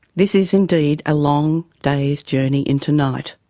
this is indeed a long day's journey into night.